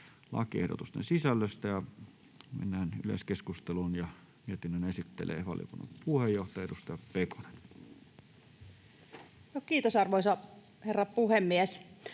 lakiehdotusten sisällöstä. Mennään yleiskeskusteluun, ja mietinnön esittelee valiokunnan puheenjohtaja, edustaja Pekonen. [Speech 81] Speaker: